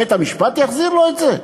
בית-המשפט יחזיר לו את זה?